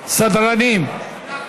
סדרנים,